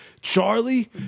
Charlie